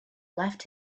left